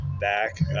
back